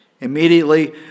Immediately